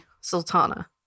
Sultana